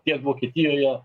tiek vokietijoje